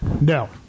No